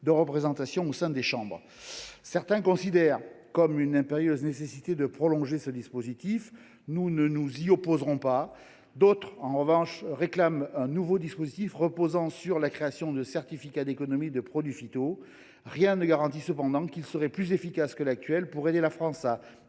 de représentation au sein des chambres. Certains considèrent comme une impérieuse nécessité la prolongation de ce dispositif. Nous ne nous y opposerons pas. D’autres en réclament un nouveau, reposant sur la création de certificats d’économies de produits phytosanitaires. Rien ne garantit cependant qu’il serait plus efficace que le dispositif actuel pour aider la France à